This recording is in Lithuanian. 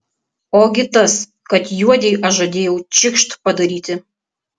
ogi tas kad juodei aš žadėjau čikšt padaryti